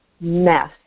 mess